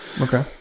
Okay